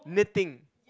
knitting